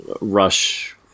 Rush